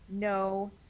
No